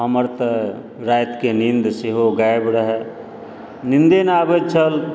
हमर तऽ रातिके नीन्द सेहो गायब रहऽ नीन्दे नहि आबैत छल